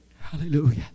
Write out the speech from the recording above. Hallelujah